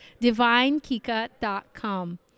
DivineKika.com